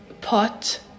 pot